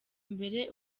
mbere